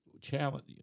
challenge